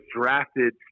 drafted